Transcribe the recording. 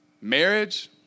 Marriage